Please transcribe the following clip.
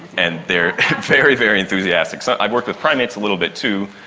and they are very, very enthusiastic. so i've worked with primates a little bit too,